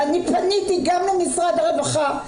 ואני פניתי גם למשרד הרווחה,